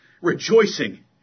Rejoicing